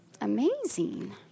amazing